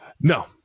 No